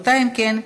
אם כן,